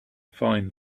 find